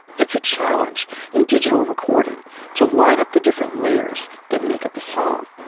it's a challenge in digital recording to line up the different layers that make up a song.